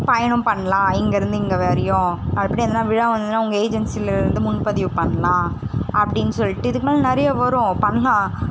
பயணம் பண்ணலாம் இங்கேயிருந்து இங்க வரையும் அப்படி எதனால் விழா வந்ததுன்னால் உங்கள் ஏஜென்சிலேருந்து முன்பதிவு பண்ணலாம் அப்படின்னு சொல்லிட்டு இதுக்கு மேலே நிறைய வரும் பண்ணலாம்